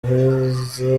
aheza